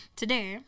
today